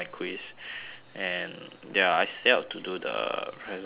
and ya I stay up to do the presentation